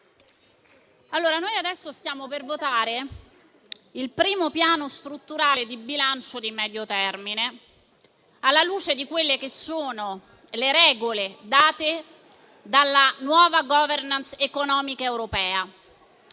noi stiamo per votare il primo piano strutturale di bilancio di medio termine, alla luce di quelle che sono le regole date dalla nuova *governance* economica europea.